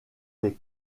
des